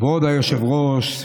כבוד היושב-ראש,